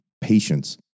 patience